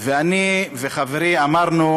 ואני וחברי אמרנו: